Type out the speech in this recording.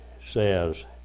says